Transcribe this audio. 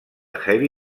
heavy